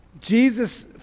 Jesus